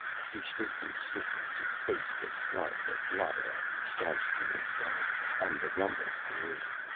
he straightened swiftly to face the scarp that blotted out the star-strewn sky and the rumble grew!